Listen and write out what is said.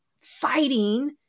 fighting